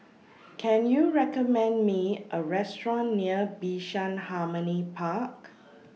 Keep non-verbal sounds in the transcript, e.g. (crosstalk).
(noise) Can YOU recommend Me A Restaurant near Bishan Harmony Park